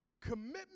commitment